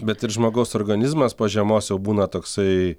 bet ir žmogaus organizmas po žiemos jau būna toksai